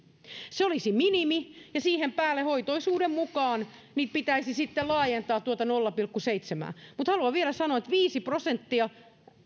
se olisi minimi ja siihen päälle hoitoisuuden mukaan pitäisi sitten laajentaa tuota nolla pilkku seitsemää mutta haluan vielä sanoa että viisi prosenttia näistä meidän yksiköistämme